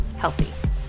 healthy